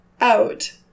out